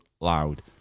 loud